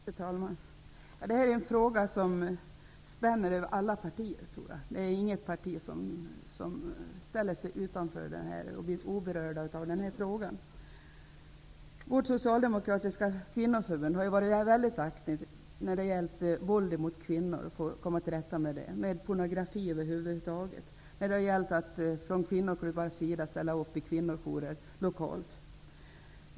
Fru talman! Det här är en fråga som spänner över alla partier. Det finns inte något parti som ställer sig utanför och är oberört av den här frågan. Vårt socialdemokratiska kvinnoförbund har varit väldigt aktivt i arbetet på att komma till rätta med våld emot kvinnor och pornografi över huvud taget. Många kvinnoklubbar har ställt upp för kvinnojourer lokalt.